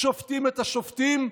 שופטים את השופטים,